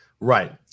right